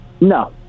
no